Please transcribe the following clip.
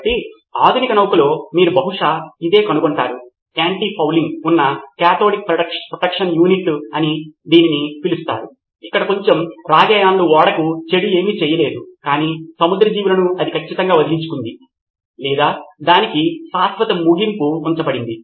కాబట్టి ఆధునిక నౌకలో మీరు బహుశా ఇదే కనుగొంటారు యాంటీ ఫౌలింగ్ ఉన్న కాథోడిక్ ప్రొటెక్షన్ యూనిట్ అని దీనిని పిలుస్తారు ఇక్కడ కొంచెం రాగి అయాన్లు ఓడకు చెడు ఏమీ చేయలేదు కాని సముద్ర జీవులను అది ఖచ్చితంగా వదిలించుకుంది లేదా దానికి శాశ్వత ముగింపు ఉంచబడింది